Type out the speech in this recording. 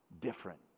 Different